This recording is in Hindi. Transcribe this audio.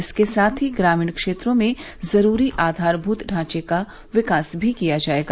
इसके साथ ही ग्रामीण क्षेत्रों में जरूरी आधारभूत ढांचे का विकास भी किया जाएगा